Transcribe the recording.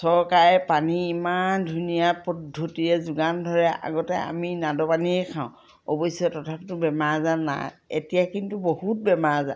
চৰকাৰে পানী ইমান ধুনীয়া পদ্ধতিৰে যোগান ধৰে আগতে আমি নাদৰ পানীয়ে খাওঁ অৱশ্যে তথাপিতো বেমাৰ আজাৰ নাই এতিয়া কিন্তু বহুত বেমাৰ আজাৰ